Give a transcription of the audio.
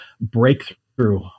breakthrough